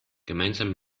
gemeinsam